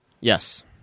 Yes